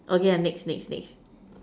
okay ah next next next